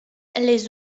les